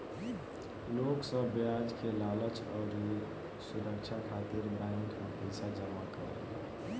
लोग सब ब्याज के लालच अउरी सुरछा खातिर बैंक मे पईसा जमा करेले